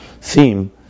theme